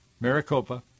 Maricopa